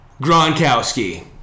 Gronkowski